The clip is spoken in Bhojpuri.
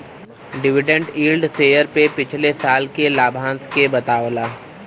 डिविडेंड यील्ड शेयर पे पिछले साल के लाभांश के बतावला